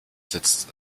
sitzt